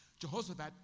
Jehoshaphat